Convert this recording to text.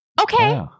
Okay